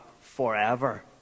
forever